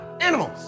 Animals